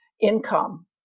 income